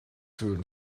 fühlen